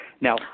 Now